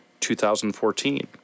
2014